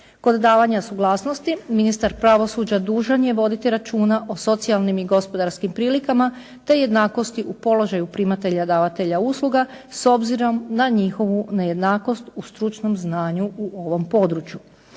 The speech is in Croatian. Kod davanja suglasnosti ministar pravosuđa dužan je voditi računa o socijalnim i gospodarskim prilikama te jednakosti u položaju primatelja davatelja usluga s obzirom na njihovu nejednakost u stručnom znanju u ovom području.